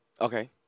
Okay